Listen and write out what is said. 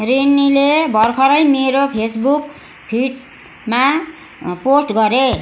रेनीले भर्खरै मेरो फेसबुक फिडमा पोस्ट गरे